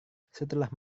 setelah